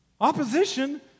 Opposition